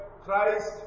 Christ